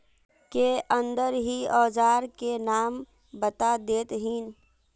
के अंदर ही औजार के नाम बता देतहिन?